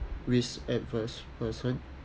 risk averse person